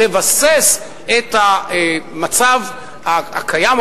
לבסס את המצב הקיים,